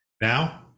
Now